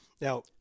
Now